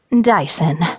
Dyson